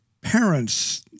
parents